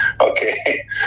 okay